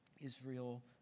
Israel